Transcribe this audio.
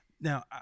Now